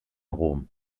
rom